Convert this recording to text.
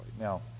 Now